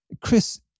Chris